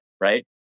right